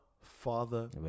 father